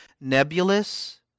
nebulous